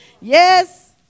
Yes